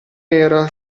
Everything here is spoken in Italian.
era